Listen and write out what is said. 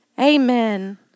Amen